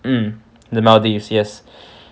mm the maldives yes